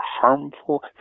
harmful